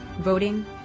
voting